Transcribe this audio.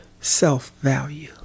self-value